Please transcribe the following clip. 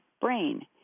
brain